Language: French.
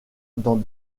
dans